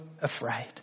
afraid